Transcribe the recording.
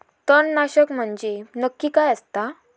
तणनाशक म्हंजे नक्की काय असता?